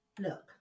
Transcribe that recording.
Look